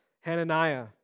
Hananiah